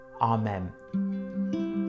Amen